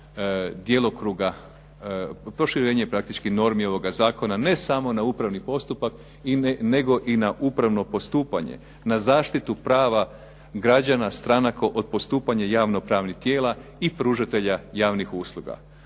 djelokruga, proširenje praktički normi ovoga zakona ne samo na upravni postupak, nego i na upravno postupanje, na zaštitu prava građana, stranaka od postupanja javno pravnih tijela i pružatelja javnih usluga.